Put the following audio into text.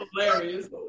hilarious